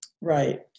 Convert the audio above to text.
Right